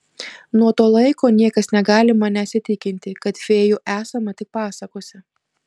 nuo to laiko niekas negali manęs įtikinti kad fėjų esama tik pasakose